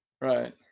Right